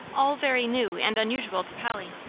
all very new and unusual to polly.